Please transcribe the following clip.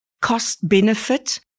cost-benefit